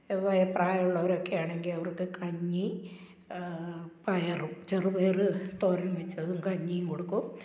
ഇപ്പം ഈ പ്രായം ഉള്ളവരൊക്കെയാണെങ്കിൽ അവര്ക്ക് കഞ്ഞി പയറും ചെറുപയ ർതോരന് വെച്ചതും കഞ്ഞിയും കൊടുക്കും